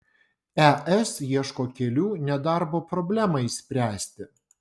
es ieško kelių nedarbo problemai spręsti